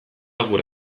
gure